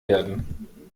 werden